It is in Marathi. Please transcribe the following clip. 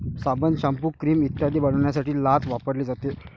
साबण, शाम्पू, क्रीम इत्यादी बनवण्यासाठी लाच वापरली जाते